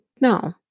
no